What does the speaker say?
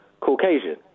Caucasian